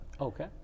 Okay